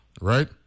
Right